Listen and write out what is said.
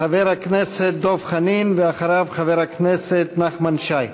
חבר הכנסת דב חנין, ואחריו, חבר הכנסת נחמן שי.